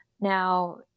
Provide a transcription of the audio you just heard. Now